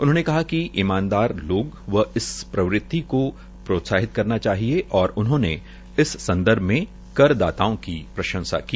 उन्होंने कहा कि ईमानदार लोगों व इस प्रवृति को प्रोत्साहित करना चाहिए और इस संदर्भ में कर दाताओं की प्रंशसा की